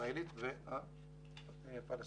הישראלית והפלסטינית.